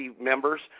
members